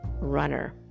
runner